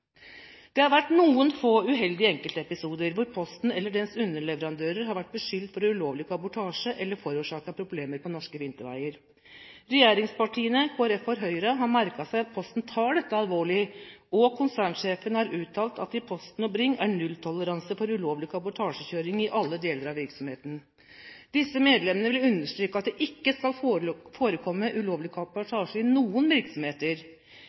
Det har vært noen få uheldige enkeltepisoder hvor Posten eller dens underleverandører har vært beskyldt for ulovlig kabotasje eller har forårsaket problemer på norske vinterveier. Regjeringspartiene, Kristelig Folkeparti og Høyre har merket seg at Posten tar dette alvorlig. Konsernsjefen har uttalt at i Posten og Bring er det nulltoleranse for ulovlig kabotasjekjøring i alle deler av virksomheten. Disse medlemmene vil understreke at det ikke skal forekomme ulovlig kabotasjekjøring i noen virksomheter.